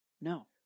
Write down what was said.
no